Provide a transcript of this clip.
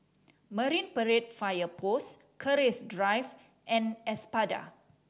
Marine Parade Fire Post Keris Drive and Espada